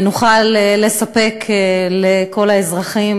ונוכל לספק לכל האזרחים